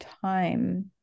time